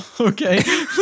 okay